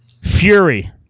Fury